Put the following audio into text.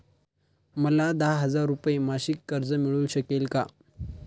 मला दहा हजार रुपये मासिक कर्ज मिळू शकेल का?